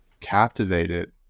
captivated